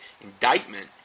indictment